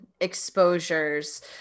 exposures